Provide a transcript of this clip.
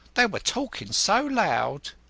they were talkin' so loud.